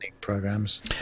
programs